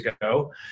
ago